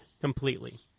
completely